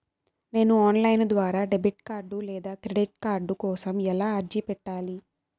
నేను online ద్వారా debit card లేదా క్రెడిట్ కార్డు కోసం ఎలా అర్జీ పెట్టాలి?